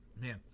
man